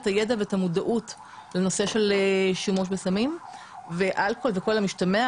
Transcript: הידע והמודעות בנושא של השימוש בסמים ואלכוהול וכל המשתמע,